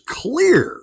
clear